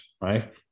right